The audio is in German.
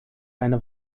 eine